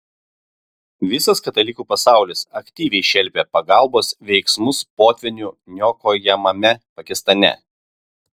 visas katalikų pasaulis aktyviai šelpia pagalbos veiksmus potvynių niokojamame pakistane